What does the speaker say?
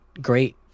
great